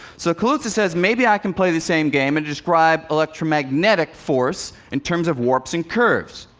so kaluza says, maybe i can play the same game and describe electromagnetic force in terms of warps and curves.